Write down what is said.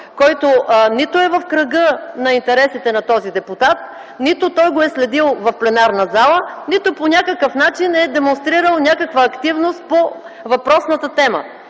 който нито е в кръга на интересите на този депутат, нито той го е следил в пленарната зала, нито по някакъв начин е демонстрирал активност по въпросната тема.